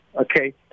okay